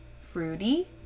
fruity